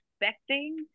expecting